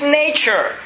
nature